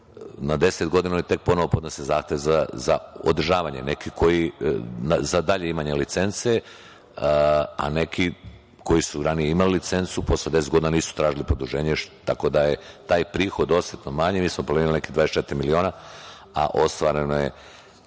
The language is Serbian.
na 10 godina, ali tek ponovo podnose neki zahtev za održavanje za dalje imanje licence, a neki koji su ranije imali licencu posle 10 godina nisu tražili produženje, tako da je taj prihod osetno manji. Mi smo planirali nekih 24 miliona, a ostvareno je